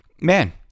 man